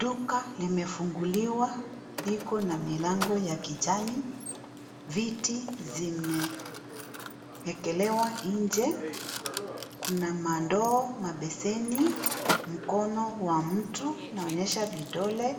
Duka limefunguliwa liko na milango ya kijani, viti zimeekelewa nje, kuna mandoo mabeseni, mkono wa mtu unaonyesha vidole,